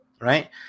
right